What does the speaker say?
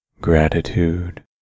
Gratitude